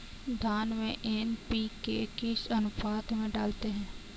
धान में एन.पी.के किस अनुपात में डालते हैं?